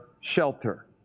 shelter